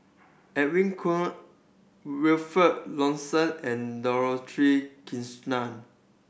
Edwin Koo Wilfed Lawson and Dorothy Krishnan